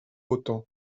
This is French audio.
autant